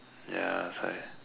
ya that's why